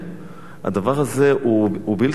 הדבר הזה הוא בלתי נסבל.